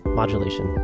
modulation